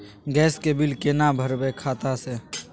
Gas के bill केना भरबै खाता से?